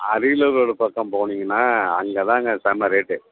Ariyalur road பக்கம் போனீங்கன்னால் அங்கே தாங்க செம்ம ரேட்டு